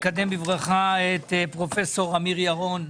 אני מקדם בברכה את פרופ' אמיר ירון,